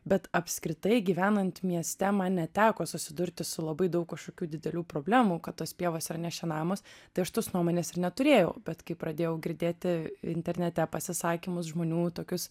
bet apskritai gyvenant mieste man neteko susidurti su labai daug kažkokių didelių problemų kad tos pievos yra nešienaujamos tai aš tos nuomonės ir neturėjau bet kai pradėjau girdėti internete pasisakymus žmonių tokius